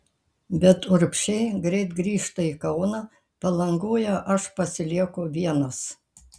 bet urbšiai greit grįžta į kauną palangoje aš pasilieku vienas